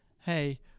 hey